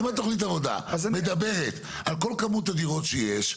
אם תוכנית העבודה מדברת על כל כמות הדירות שיש,